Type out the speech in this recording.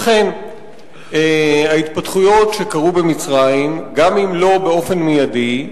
אכן ההתפתחויות שקרו במצרים מראות שגם אם לא באופן מיידי,